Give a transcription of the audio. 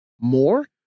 more